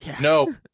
No